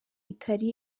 itari